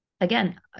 again